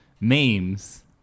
memes